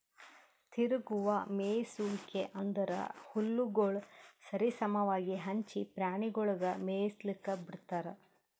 ತಿರುಗುವ ಮೇಯಿಸುವಿಕೆ ಅಂದುರ್ ಹುಲ್ಲುಗೊಳ್ ಸರಿ ಸಮವಾಗಿ ಹಂಚಿ ಪ್ರಾಣಿಗೊಳಿಗ್ ಮೇಯಿಸ್ಲುಕ್ ಬಿಡ್ತಾರ್